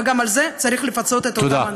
וגם על זה צריך לפצות את אותם אנשים.